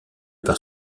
par